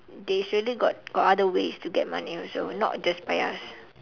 they surely got got other ways to get money also not just by us